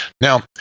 now